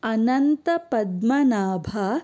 Ananta Padmanabha